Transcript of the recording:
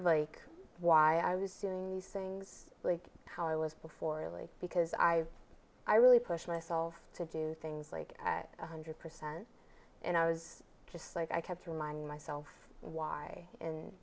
like why i was doing these things like how i was before really because i i really push myself to do things like at one hundred percent and i was just like i kept reminding